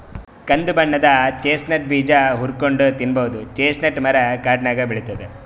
ಕಂದ್ ಬಣ್ಣದ್ ಚೆಸ್ಟ್ನಟ್ ಬೀಜ ಹುರ್ಕೊಂನ್ಡ್ ತಿನ್ನಬಹುದ್ ಚೆಸ್ಟ್ನಟ್ ಮರಾ ಕಾಡ್ನಾಗ್ ಬೆಳಿತದ್